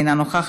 אינו נוכח,